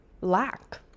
lack